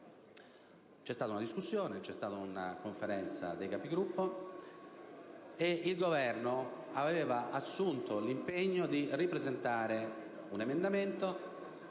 C'è stata una discussione, c'è stata la Conferenza dei Capigruppo, e il Governo aveva assunto l'impegno di presentare un emendamento